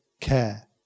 care